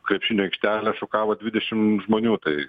krepšinio aikštelę šukavo dvidešimt žmonių tai